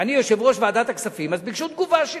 ואני יושב-ראש ועדת הכספים, אז ביקשו תגובה שלי.